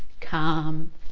calm